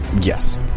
Yes